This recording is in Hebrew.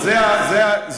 כמה שיחות.